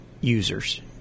users